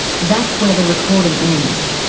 that's where the recording ends.